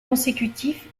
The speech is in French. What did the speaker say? consécutif